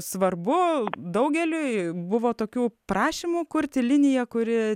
svarbu daugeliui buvo tokių prašymų kurti liniją kuri